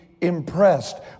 impressed